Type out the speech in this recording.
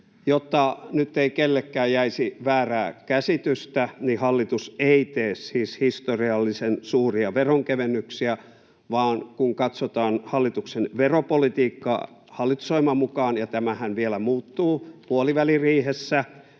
Jotta nyt ei kellekään jäisi väärää käsitystä: Hallitus ei tee siis historiallisen suuria veronkevennyksiä, vaan kun katsotaan hallituksen veropolitiikkaa hallitusohjelman mukaan, ja tämähän vielä muuttuu puoliväliriihessä,